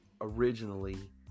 originally